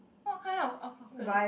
what kind of apocalypse